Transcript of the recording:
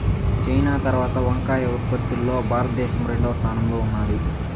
China తరవాత వంకాయ ఉత్పత్తి లో భారత దేశం రెండవ స్థానం లో ఉన్నాది